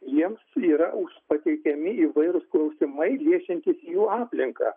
jiems yra pateikiami įvairūs klausimai liečiantys jų aplinką